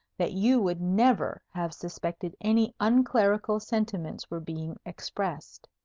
that you would never have suspected any unclerical sentiments were being expressed.